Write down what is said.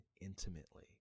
intimately